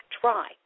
try